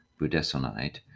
budesonide